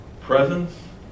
presence